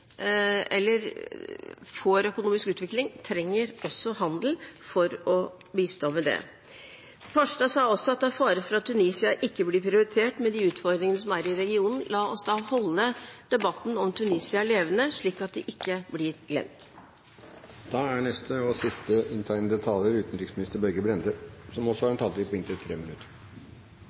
eller får økonomisk utvikling, trenger også handel for å bistå ved det. Farstad sa også at det er fare for at Tunisia ikke blir prioritert med de utfordringene som er i regionen. La oss da holde debatten om Tunisia levende, slik at de ikke blir glemt. Jeg slutter meg til interpellantens konklusjon om at dette har vært en god og viktig debatt, ikke minst for å unngå en